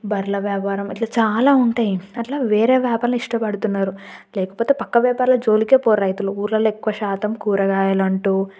బర్రెల వ్యాపారము ఇట్ల చాలా ఉంటాయి అట్ల వేరే వ్యాపారం ఇష్టపడుతున్నారు లేకపోతే పక్క వ్యాపారాల జోలికే పోరు రైతులు ఊర్లలో ఎక్కువ శాతం కూరగాయలు అంటూ